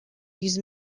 use